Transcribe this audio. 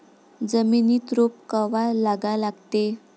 जमिनीत रोप कवा लागा लागते?